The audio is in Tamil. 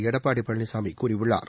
எடப்பாடி பழனிசாமி கூறியுள்ளார்